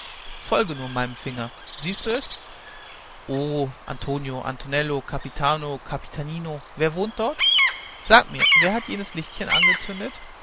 folge nur meinem finger siehst du es ohe antonio antonello capitano capitanino wer wohnt dort sag mir wer hat jenes lichtchen angezündet